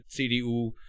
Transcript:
CDU